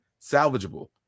salvageable